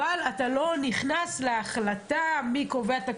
אבל אתה לא נכנס להחלטה של מי קובע את הקריטריונים,